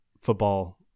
football